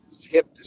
hip